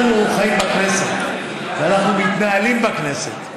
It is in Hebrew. אנחנו חיים בכנסת ואנחנו מתנהלים בכנסת,